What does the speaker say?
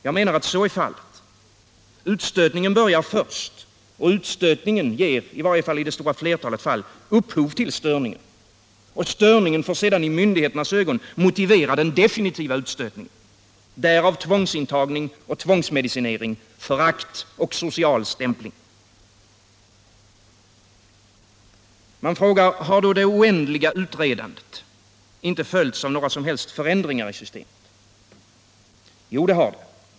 Jag menar att så är fallet, Utstötningen börjar först — utstötningen ger, i varje fall i det stora flertalet fall, upphov till störningen. Och störningen får sedan i myndigheternas ögon motivera den definitiva utstötningen. Därav tvångsintagning och tvångsmedicinering, förakt och social stämpling. Man frågar: Har då det oändliga utredandet inte följts av några som helst förändringar i systemet? Jo, det har det.